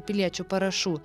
piliečių parašų